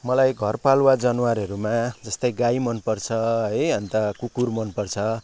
मलाई घरपालुवा जनावरहरूमा जस्तै गाई मन पर्छ है अन्त कुकुर मन पर्छ